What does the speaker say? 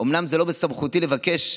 אומנם זה לא בסמכותי לבקש,